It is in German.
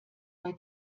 bei